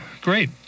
great